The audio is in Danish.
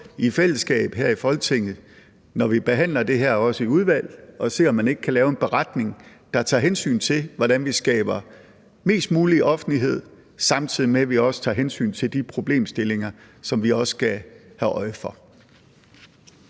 i fællesskab her i Folketinget, også når vi behandler det her i udvalget, at se, om man ikke kan lave en beretning, der tager hensyn til, hvordan vi skaber mest mulig offentlighed, samtidig med at vi også tager hensyn til de problemstillinger, som vi også skal have øje for.